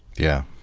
yeah.